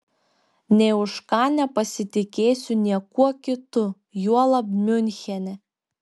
nė už ką nepasitikėsiu niekuo kitu juolab miunchene